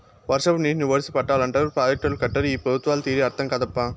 వర్షపు నీటిని ఒడిసి పట్టాలంటారు ప్రాజెక్టులు కట్టరు ఈ పెబుత్వాల తీరే అర్థం కాదప్పా